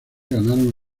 ganaron